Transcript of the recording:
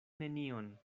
nenion